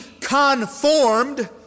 conformed